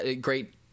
great